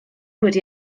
wedi